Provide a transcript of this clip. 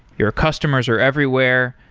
your customers are everywhere.